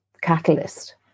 catalyst